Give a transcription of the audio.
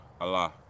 Allah